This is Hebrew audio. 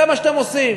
זה מה שאתם עושים.